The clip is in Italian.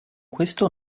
questo